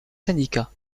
syndicats